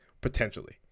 potentially